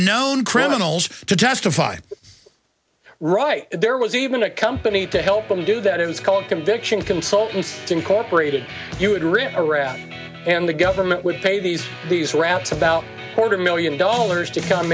known criminals to testify right there was even a company to help them do that it was called conviction consultants incorporated it would rip around and the government would pay these these rats about quarter million dollars to come